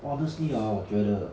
honestly hor 我觉得